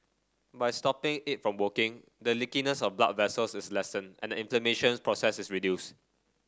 by stopping it from working the leakiness of blood vessels is lessened and the inflammations process is reduced